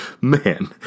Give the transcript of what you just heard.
man